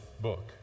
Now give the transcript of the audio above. book